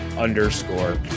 underscore